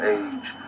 age